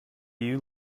you